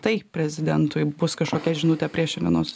tai prezidentui bus kažkokia žinutė prieš šiandienos